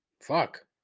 fuck